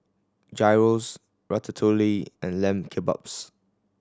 Gyros Ratatouille and Lamb Kebabs